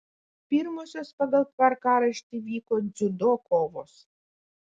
pirmosios pagal tvarkaraštį vyko dziudo kovos